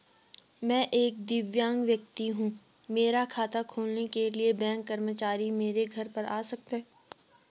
मैं एक दिव्यांग व्यक्ति हूँ मेरा खाता खोलने के लिए बैंक कर्मचारी मेरे घर पर आ सकते हैं?